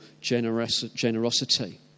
generosity